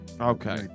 Okay